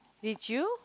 did you